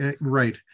Right